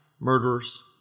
murderers